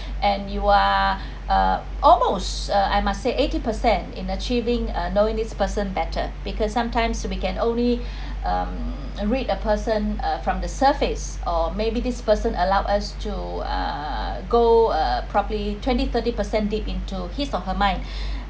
and you are uh almost uh I must say eighty percent in achieving uh knowing this person better because sometimes we can only um read a person uh from the surface or maybe this person allow us to uh go uh probably twenty thirty percent deep into his or her mind